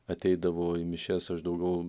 ateidavo į mišias aš daugiau